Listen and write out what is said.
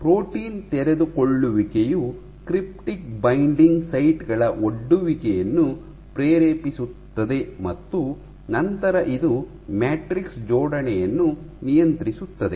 protein ತೆರೆದುಕೊಳ್ಳುವಿಕೆಯು cryptic binding site ಗಳ ಒಡ್ಡುವಿಕೆಯನ್ನು ಪ್ರೇರೇಪಿಸುತ್ತದೆ ಮತ್ತು ನಂತರ ಇದು ಮ್ಯಾಟ್ರಿಕ್ಸ್ ಜೋಡಣೆಯನ್ನು ನಿಯಂತ್ರಿಸುತ್ತದೆ